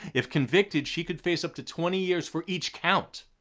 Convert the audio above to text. if convicted, she could face up to twenty years for each count.